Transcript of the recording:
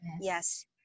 Yes